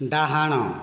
ଡାହାଣ